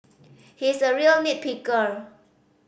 he is a real nit picker